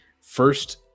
first